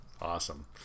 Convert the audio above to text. Awesome